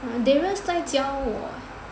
Darius 在教我